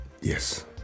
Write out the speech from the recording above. yes